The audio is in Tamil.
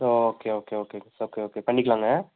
ஓகே ஓகே ஓகேங்க சார் ஓகே ஓகே பண்ணிக்கலாங்க